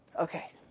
Okay